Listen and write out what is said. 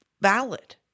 valid